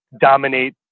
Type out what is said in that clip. dominate